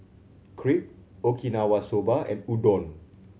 Crepe Okinawa Soba and Udon